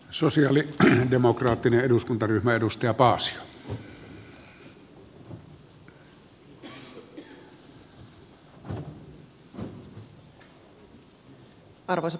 susi oli hänen demokraattinen eduskuntaryhmä edu arvoisa puhemies